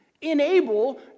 enable